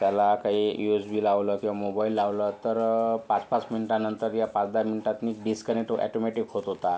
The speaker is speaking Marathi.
त्याला काही यु एस बी लावलं किंवा मोबाईल लावला तर पाच पाच मिनटानंतर या पाचदहा मिनटात मी डिस्कनेक्ट तो ऑटोमॅटिक होत होता